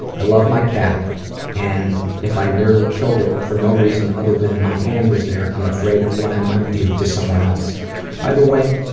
i love my cat and if i nearly killed it for no reason other than my hand was there i'm afraid of what i might do to someone else by the way,